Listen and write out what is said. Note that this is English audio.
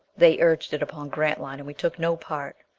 they urged it upon grantline, and we took no part.